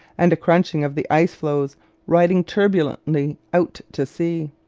and a crunching of the icefloes riding turbulently out to sea,